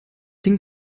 den